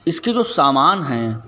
इसकी जो सामान है